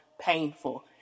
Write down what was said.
painful